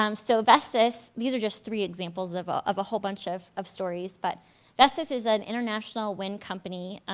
um so vestas, these are just three examples of ah of a whole bunch of of stories but vestas is an international wind company,